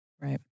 Right